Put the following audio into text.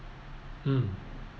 mm